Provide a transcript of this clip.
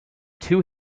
two